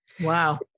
Wow